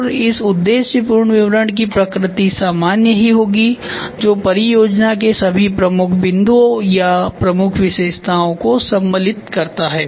और इस उद्देश्यपूर्ण विवरण की प्रकृति सामान्य ही होगी जो परियोजना के सभी प्रमुख बिंदुओं या प्रमुख विशेषताओं को सम्मिलित करता है